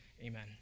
amen